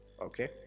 Okay